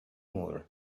moore